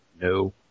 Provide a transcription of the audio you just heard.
No